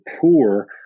poor